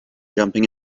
jumping